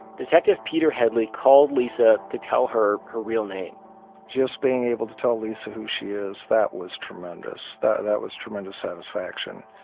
detective peter headley called lisa to tell her her real name just being able to tell lisa who she is, that was tremendous. that that was tremendous satisfaction.